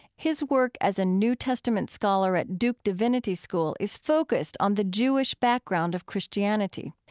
his work as a new testament scholar at duke divinity school is focused on the jewish background of christianity.